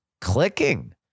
clicking